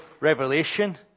Revelation